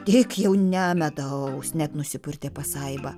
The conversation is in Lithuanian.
tik jau ne medaus net nusipurtė pasaiba